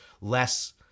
less